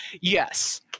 yes